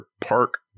Park